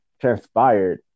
transpired